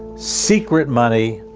secret money,